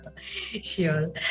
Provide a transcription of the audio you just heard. Sure